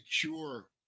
cure